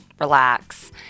relax